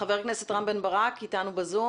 חבר הכנסת רם בן ברק איתנו בזום.